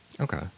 okay